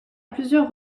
plusieurs